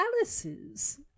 Alice's